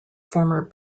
former